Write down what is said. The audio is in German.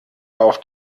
auf